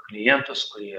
klientus kurie